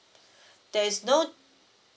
there is no